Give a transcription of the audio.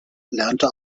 lernte